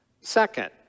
Second